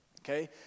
Okay